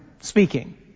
speaking